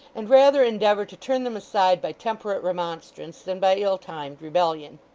and rather endeavour to turn them aside by temperate remonstrance than by ill-timed rebellion.